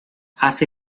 hace